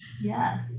yes